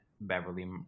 Beverly